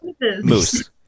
Moose